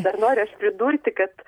dar noriu aš pridurti kad